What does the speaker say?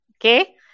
Okay